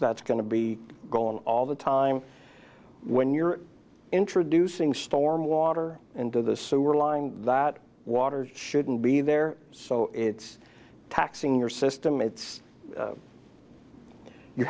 to be gone all the time when you're introducing storm water into the sewer line that water shouldn't be there so it's taxing your system it's